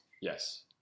yes